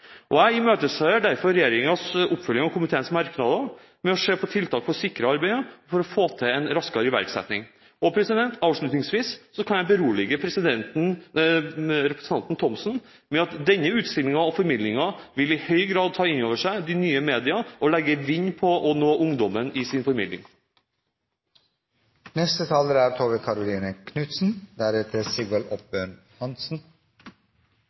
Jeg imøteser derfor regjeringens oppfølging av komiteens merknader med å se på tiltak for å sikre dette arbeidet og for å få til en raskere iverksetting. Avslutningsvis kan jeg berolige representanten Thomsen med at denne utstillingen og formidlingen i høy grad vil ta inn over seg de nye media og legge vinn på å nå ungdommen i sin formidling. Det er